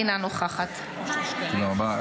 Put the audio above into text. אינה נוכחת תודה רבה.